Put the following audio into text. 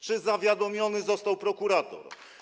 Czy zawiadomiony został prokurator?